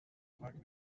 tag